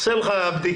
עושה לך בדיקה,